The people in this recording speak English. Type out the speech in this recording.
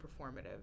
performative